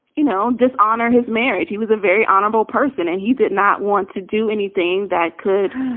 you know, dishonor his marriage. he was a very honorable person and he did not want to do anything that could,